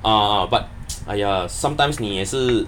uh uh uh but !aiya! sometimes 你也是